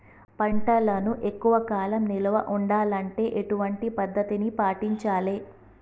పంటలను ఎక్కువ కాలం నిల్వ ఉండాలంటే ఎటువంటి పద్ధతిని పాటించాలే?